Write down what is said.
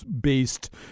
based